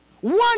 one